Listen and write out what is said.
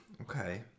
Okay